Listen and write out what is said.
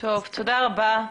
תודה רבה.